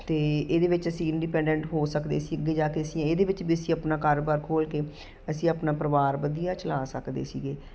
ਅਤੇ ਇਹਦੇ ਵਿੱਚ ਅਸੀਂ ਇੰਡੀਪੈਂਡੈਂਟ ਹੋ ਸਕਦੇ ਸੀ ਅੱਗੇ ਜਾ ਕੇ ਅਸੀਂ ਇਹਦੇ ਵਿੱਚ ਵੀ ਅਸੀਂ ਆਪਣਾ ਕਾਰੋਬਾਰ ਖੋਲ੍ਹ ਕੇ ਅਸੀਂ ਆਪਣਾ ਪਰਿਵਾਰ ਵਧੀਆ ਚਲਾ ਸਕਦੇ ਸੀਗੇ